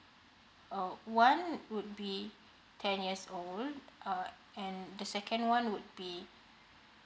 uh one would be ten years old uh and the second one would be